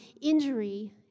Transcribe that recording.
injury